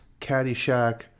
Caddyshack